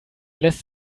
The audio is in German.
lässt